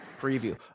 Preview